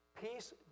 Peace